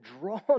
drawn